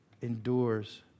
endures